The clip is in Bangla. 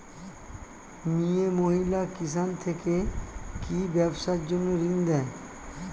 মিয়ে মহিলা কিষান থেকে কি ব্যবসার জন্য ঋন দেয়?